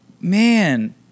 man